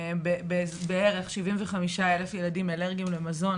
בערך 75,000 ילדים אלרגיים למזון